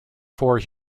four